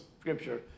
scripture